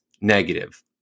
negative